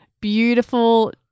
Beautiful